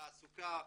תעסוקה,